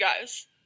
guys